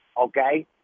okay